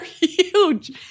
huge